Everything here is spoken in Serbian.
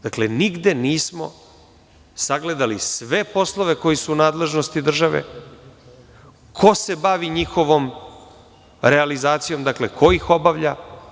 Dakle, nigde nismo sagledali sve poslove koji su u nadležnosti države, ko se bavi njihovom realizacijom, ko ih obavlja.